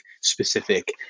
specific